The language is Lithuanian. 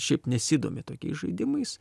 šiaip nesidomi tokiais žaidimais